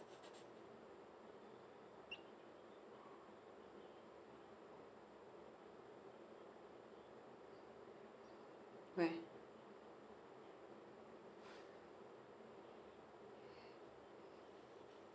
right